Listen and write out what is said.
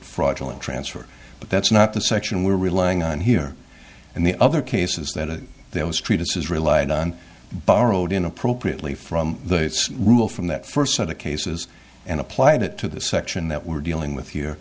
fraudulent transfer but that's not the section we're relying on here and the other cases that there was treatises relied on borrowed inappropriately from the it's rule from that first set of cases and applied it to the section that we're dealing with here